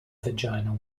vaginal